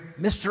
Mr